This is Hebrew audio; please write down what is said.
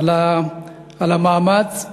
על המאמץ והלכידה,